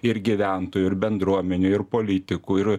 ir gyventojų ir bendruomenių ir politikų ir